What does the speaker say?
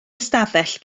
ystafell